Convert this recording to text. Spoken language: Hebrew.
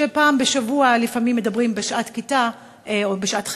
שפעם בשבוע לפעמים מדברים בשעת כיתה או בשעת חברה.